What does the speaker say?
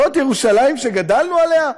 זאת ירושלים שגדלנו עליה?